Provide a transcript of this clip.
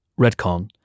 Redcon